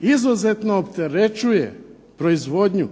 izuzetno opterećuje proizvodnju